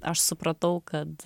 aš supratau kad